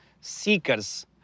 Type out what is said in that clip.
seekers